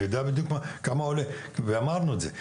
אני בדיוק כמה עולה ואמרנו את זה.